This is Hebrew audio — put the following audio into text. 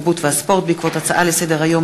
התרבות והספורט בעקבות דיון בהצעות לסדר-היום